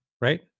right